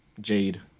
Jade